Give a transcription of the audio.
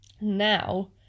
now